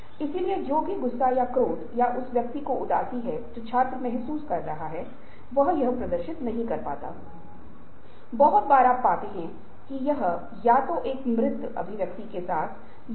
यदि विरोध करने वाला बल परिवर्तन करने या सुविधा बलों की तुलना में बहुत अधिक है तो परिवर्तन नहीं होगा